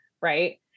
right